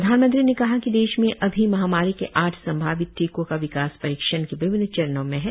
प्रधानमंत्री ने कहा कि देश में अभी महामारी के आठ संभावित टीकों का विकास परीक्षण के विभिन्न चरणों में है